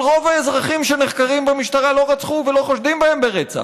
אבל רוב האזרחים שנחקרים במשטרה לא רצחו ולא חושדים בהם ברצח,